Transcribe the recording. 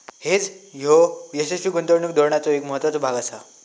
hedge ह्यो यशस्वी गुंतवणूक धोरणाचो एक महत्त्वाचो भाग आसा